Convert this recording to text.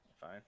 Fine